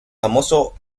famoso